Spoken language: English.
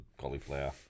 cauliflower